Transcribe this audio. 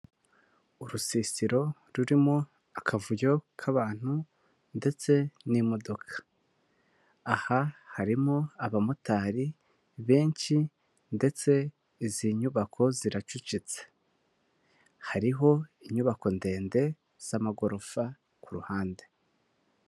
Urusisiro rurimo akavuyo k'abantu ndetse n'imodoka, aha harimo abamotari benshi ndetse izi nyubako ziracecetse, hariho inyubako ndende z'amagorofa ku ruhande.